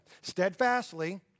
Steadfastly